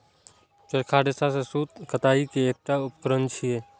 चरखा रेशा सं सूत कताइ के एकटा उपकरण छियै